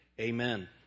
amen